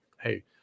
hey